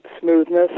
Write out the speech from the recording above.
smoothness